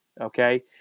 Okay